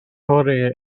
hwrê